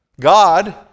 God